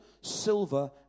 silver